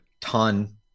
ton